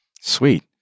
Sweet